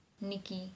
Nikki